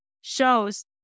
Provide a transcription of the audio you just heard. shows